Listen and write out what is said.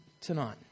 tonight